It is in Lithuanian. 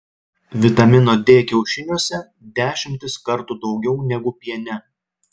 vitamino d kiaušiniuose dešimtis kartų daugiau negu piene